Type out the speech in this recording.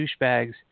douchebags